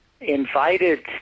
invited